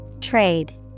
Trade